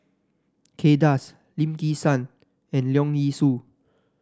Kay Das Lim Kim San and Leong Yee Soo